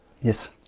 Yes